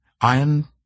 Iron